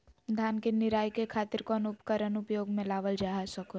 धान के निराई के खातिर कौन उपकरण उपयोग मे लावल जा सको हय?